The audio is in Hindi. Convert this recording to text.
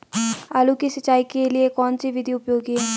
आलू की सिंचाई के लिए कौन सी विधि उपयोगी है?